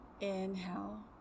inhale